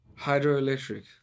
Hydroelectric